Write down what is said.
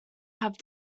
have